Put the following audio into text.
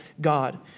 God